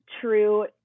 true